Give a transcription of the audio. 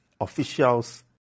officials